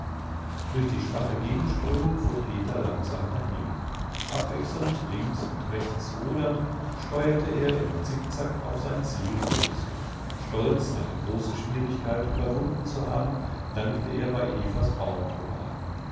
durch die schwache gegenströmung fuhr peter langsam dahin abwechselnd links und rechts rudernd steuerte er im zickzack auf sein ziel los stolz eine große schwierigkeit überwunden zu haben langte er bei evas baumgruppe an